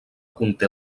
conté